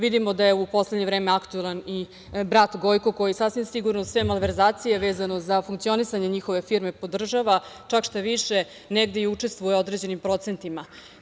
Vidimo da je u poslednje vreme aktuelan i brat Gojko koji sasvim sigurno sve malverzacije vezano za funkcionisanje njihove firme podržava, čak šta više, negde i učestvuje u određenim procentima.